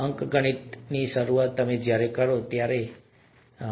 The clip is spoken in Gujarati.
અને અંકગણિત જ્યારે તમે શરૂઆત કરી હતી તે રીતે કરવામાં આવ્યું હતું